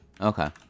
Okay